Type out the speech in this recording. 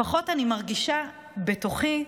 לפחות אני מרגישה בתוכי,